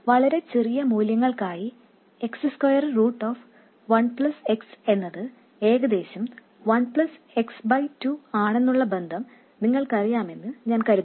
വളരെ ചെറിയ മൂല്യങ്ങൾക്കായി x √1 x എന്നത് ഏകദേശം 1 x 2 ആണെന്നുള്ള ബന്ധം നിങ്ങൾക്കറിയാമെന്ന് ഞാൻ കരുതുന്നു